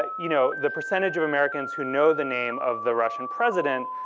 ah you know the percentage of americans who know the name of the russian president,